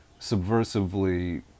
subversively